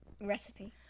recipe